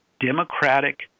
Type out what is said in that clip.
Democratic